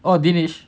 oh dinesh